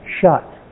shut